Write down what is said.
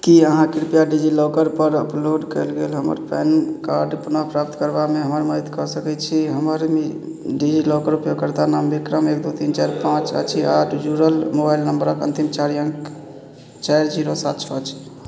कि अहाँ कृपया डिजिलॉकरपर अपलोड कएल गेल हमर पैन कार्ड पुनः प्राप्त करबाकमे हमर मदति कऽ सकै छी हमर डी डिजिलॉकर उपयोगकर्ता नाम विक्रम एक दुइ तीन चारि पाँच अछि आओर जुड़ल मोबाइल नम्बरके अन्तिम चारि अङ्क चारि जीरो सात छओ अछि